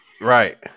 Right